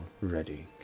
ready